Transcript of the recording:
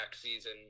season